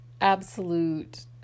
absolute